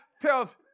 tells